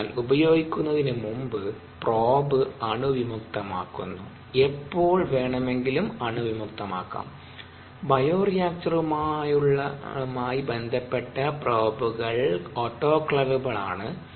അതിനാൽ ഉപയോഗിക്കുന്നതിന് മുമ്പ് പ്രോബ് അണുവിമുക്തമാക്കുന്നു എപ്പോൾ വേണമെങ്കിലും അണുവിമുക്തമാക്കാം ബയോറിയാക്ടറുകളുമായി ബന്ധപ്പെട്ട പ്രോബുകൾ ഓട്ടോക്ലാവബിൾ ആണ്